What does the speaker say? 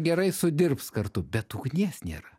gerai sudirbs kartu bet ugnies nėra